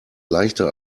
leichter